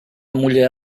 mulher